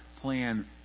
plan